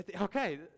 Okay